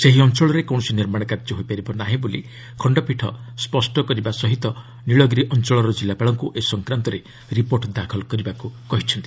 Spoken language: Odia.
ସେହି ଅଞ୍ଚଳରେ କୌଣସି ନିର୍ମାଣ କାର୍ଯ୍ୟ ହୋଇପାରିବ ନାହିଁ ବୋଲି ଖଣ୍ଡପୀଠ ସ୍ୱଷ୍ଟ କରିବା ସହ ନିଳଗିରି ଅଞ୍ଚଳର ଜିଲ୍ଲାପାଳଙ୍କ ଏ ସଂକ୍ରାନ୍ତରେ ରିପୋର୍ଟ ଦାଖଲ କରିବା ପାଇଁ କହିଛନ୍ତି